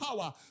power